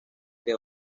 que